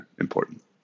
important